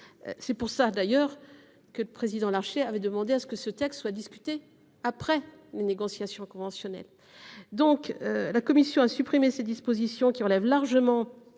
C'est pour cela, d'ailleurs, que le président Larcher avait demandé que ce texte soit discuté après une négociation conventionnelle. La commission a donc supprimé ces dispositions, qui relèvent largement